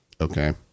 Okay